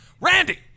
Randy